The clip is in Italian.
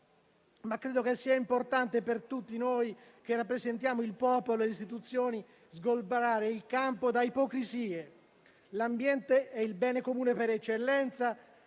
Ma credo che sia importante per tutti noi che rappresentiamo il popolo e le istituzioni sgomberare il campo da ipocrisie: l'ambiente è il bene comune per eccellenza.